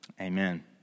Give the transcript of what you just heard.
amen